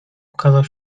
ukazał